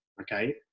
okay